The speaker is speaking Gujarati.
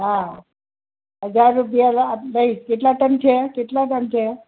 હા હજાર રુપિયા લઇશ કેટલાં ટન છે કેટલાં ટન છે